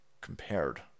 compared